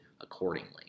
accordingly